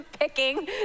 picking